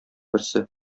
берсе